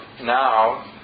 now